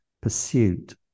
pursuit